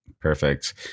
Perfect